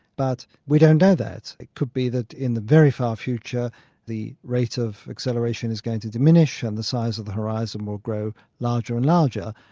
but we don't know that, it could be that in the very far future the rate of acceleration is going to diminish and the size of the horizon will grow larger and larger.